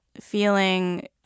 feeling